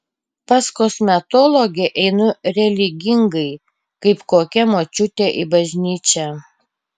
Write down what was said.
pas kosmetologę einu religingai kaip kokia močiutė į bažnyčią